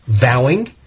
vowing